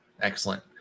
excellent